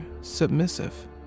submissive